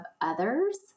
others